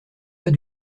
pas